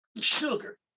Sugar